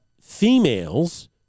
females